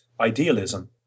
idealism